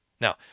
Now